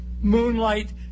moonlight